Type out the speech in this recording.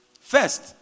First